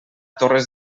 torres